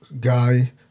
guy